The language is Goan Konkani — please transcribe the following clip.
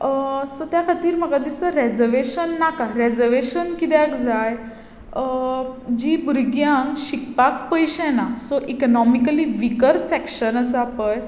सो त्या खातीर म्हाका दिसता रेजरवेशन नाका रेजवेशन कित्याक जाय जी भुरग्यांक शिकपाक पयशे ना सो इकोनोमिकली विकर सेक्शन आसा पळय तांकां